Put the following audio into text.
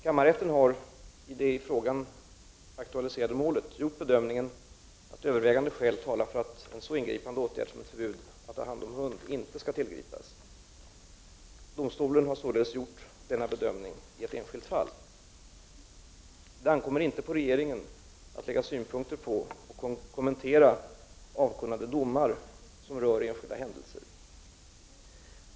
Kammarrätten har i det i frågan aktualiserade målet gjort bedömningen att övervägande skäl talar för att en så ingripande åtgärd som ett förbud att ha hand om hund inte skall tillgripas. Domstolen har således gjort denna bedömning i ett enskilt fall. Det ankommer inte på regeringen att lägga synpunkter på och kommentera avkunnade domar som rör enskilda händelser.